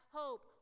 hope